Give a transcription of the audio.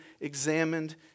examined